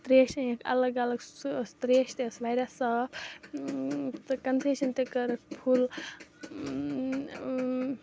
ترٛیش أنِکھ الگ الگ سُہ ٲس ترٛیش تہِ ٲس واریاہ صاف تہٕ کَنسیشَن تہِ کٔرٕکھ پھُل